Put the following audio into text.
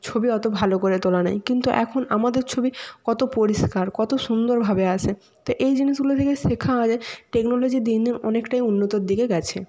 ছবি অত ভালো করে তোলা নেই কিন্তু এখন আমাদের ছবি কত পরিষ্কার কত সুন্দরভাবে আসে তো এই জিনিসগুলো থেকে শেখা আমাদের টেকনোলজি দিন দিন অনেকটাই উন্নতির দিকে গেছে